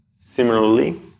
Similarly